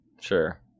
Sure